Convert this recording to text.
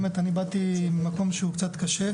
באמת אני באתי ממקום שהוא קצת קשה,